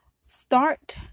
start